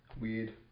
weird